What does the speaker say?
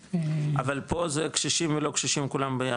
--- אבל פה זה קשישים ולא קשישים כולם ביחד,